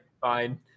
fine